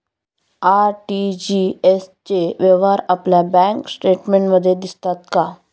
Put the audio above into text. RTGS चे व्यवहार आपल्या बँक स्टेटमेंटमध्ये दिसतात का?